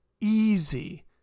easy